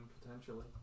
potentially